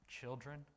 children